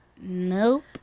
Nope